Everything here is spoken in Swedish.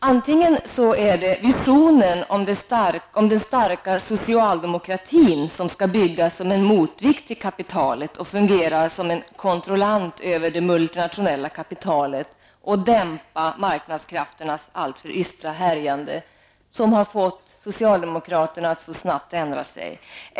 Antingen är det visionen om den starka socialdemokratin som skall byggas som en motvikt till kapitalet och fungera som en kontrollant av det multinationella kapitalet och dämpa marknadskrafternas alltför ystra härjande som så snabbt har fått socialdemokraterna att ändra sig.